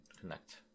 connect